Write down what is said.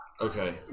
Okay